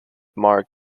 mark